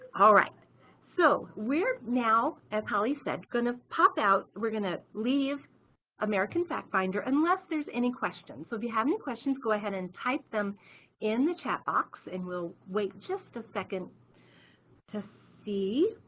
ah so we're now, as holly said going to pop out, we're gonna leave american fact finder unless there's any questions. so if you have any questions go ahead and type them in the chat box and we'll wait just a second to see